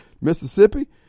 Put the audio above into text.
Mississippi